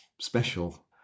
special